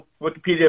Wikipedia